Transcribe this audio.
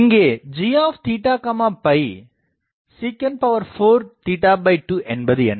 இங்கு g sec 4 2 என்பது என்ன